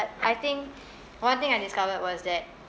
I think one thing I discovered was that